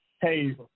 hey